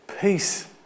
peace